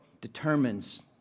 determines